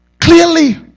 Clearly